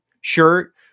shirt